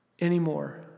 anymore